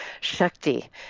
Shakti